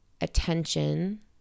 attention